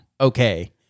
okay